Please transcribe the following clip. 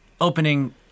opening